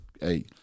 hey